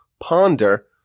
ponder